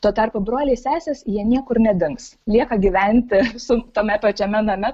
tuo tarpu broliai sesės jie niekur nedings lieka gyventi su tame pačiame name